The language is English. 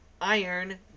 Iron